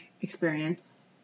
experience